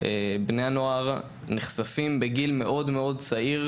בני נוער נחשפים בגיל מאוד צעיר,